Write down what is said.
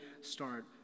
start